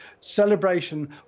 Celebration